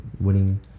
winning